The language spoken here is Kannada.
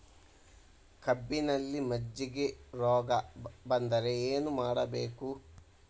ಕಬ್ಬಿನಲ್ಲಿ ಮಜ್ಜಿಗೆ ರೋಗ ಬಂದರೆ ಏನು ಮಾಡಬೇಕು?